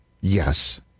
yes